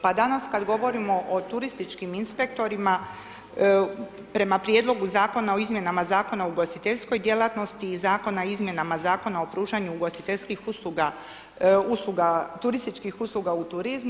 Pa danas kad govorimo o turističkim inspektorima, prema Prijedlogu zakona o Izmjenama zakona o ugostiteljskoj djelatnosti i Zakona o izmjenama Zakona o pružanju ugostiteljskih usluga, usluga, turističkih usluga u turizmu.